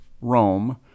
Rome